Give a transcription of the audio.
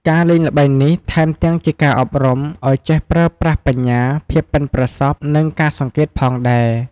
ការលេងល្បែងនេះថែមទាំង ជាការអប់រំ ឲ្យចេះប្រើប្រាស់បញ្ញា ភាពប៉ិនប្រសប់ និងការសង្កេតផងដែរ។